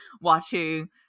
watching